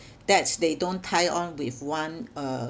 that they don't tie on with one uh